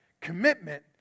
commitment